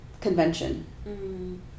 convention